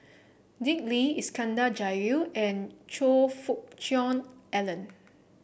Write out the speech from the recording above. Dick Lee Iskandar Jalil and Choe Fook Cheong Alan